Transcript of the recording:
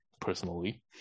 personally